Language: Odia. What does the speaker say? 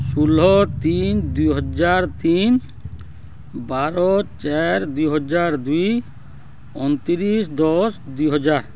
ଷୋହଳ ତିନି ଦୁଇ ହଜାର ତିନି ବାର ଚାରି ଦୁଇ ହଜାର ଦୁଇ ଅଣତିରିଶ ଦଶ ଦୁଇ ହଜାର